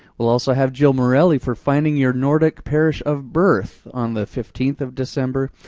we'll also have jill morelli for finding your nordic parish of birth on the fifteenth of december,